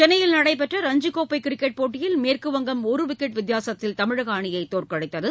சென்னையில் நடைபெற்ற ரஞ்சிக்கோப்பை கிரிக்கெட் போட்டியில் மேற்கு வங்கம் ஒரு விக்கெட் வித்தியாசத்தில் தமிழக அணியைத் தோற்கடித்தது